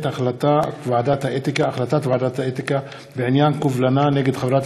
החלטת ועדת האתיקה בעניין קובלנה נגד חברת